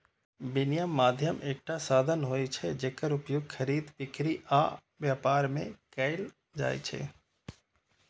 विनिमय माध्यम एकटा साधन होइ छै, जेकर उपयोग खरीद, बिक्री आ व्यापार मे कैल जाइ छै